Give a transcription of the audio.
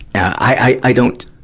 i, i don't,